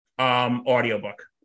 audiobook